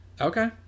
Okay